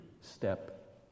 step